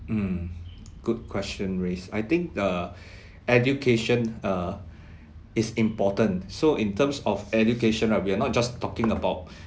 mm good question raised I think the education uh is important so in terms of education ah we are not just talking about